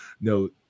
no